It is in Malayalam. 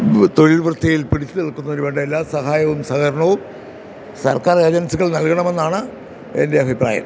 തൊഴിൽ വൃത്തിയിൽ പിടിച്ചു നിൽക്കുന്നതിന് വേണ്ട എല്ലാ സഹായവും സഹകരണവും സർക്കാർ ഏജൻസികൾ നൽകണമെന്നാണ് എൻ്റെ അഭിപ്രായം